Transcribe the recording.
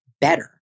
better